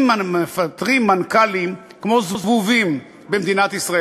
אם מפטרים מנכ"לים כמו זבובים במדינת ישראל,